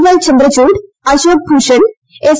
Y Chandrachud Ashok Bhushan S